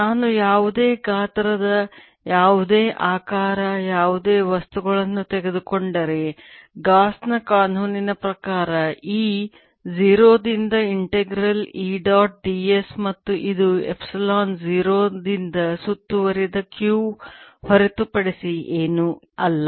ನಾನು ಯಾವುದೇ ಗಾತ್ರದ ಯಾವುದೇ ಆಕಾರ ಯಾವುದೇ ವಸ್ತುಗಳನ್ನು ತೆಗೆದುಕೊಂಡರೆ ಗಾಸ್ ನ ಕಾನೂನಿನ ಪ್ರಕಾರ E 0 ರಿಂದ ಇಂಟೆಗ್ರಲ್ E ಡಾಟ್ ds ಮತ್ತು ಇದು ಎಪ್ಸಿಲಾನ್ 0 ನಿಂದ ಸುತ್ತುವರಿದ q ಹೊರತುಪಡಿಸಿ ಏನೂ ಅಲ್ಲ